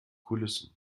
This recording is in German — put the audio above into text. kulissen